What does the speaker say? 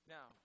Now